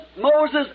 Moses